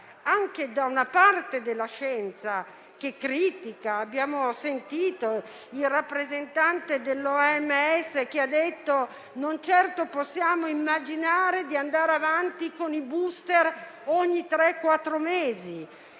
anche da parte della scienza, che critica. Abbiamo sentito il rappresentante dell'OMS che ha detto che certamente non possiamo immaginare di andare avanti con i *booster* ogni tre